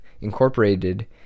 incorporated